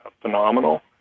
phenomenal